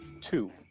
Two